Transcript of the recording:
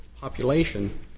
population